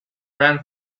ran